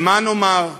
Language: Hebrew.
ומה נאמר?